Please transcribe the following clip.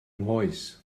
nghoes